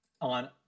on